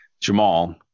Jamal